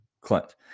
Clint